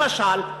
למשל,